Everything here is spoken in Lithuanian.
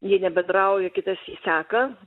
jie nebendrauja kitas jį seka